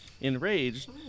Enraged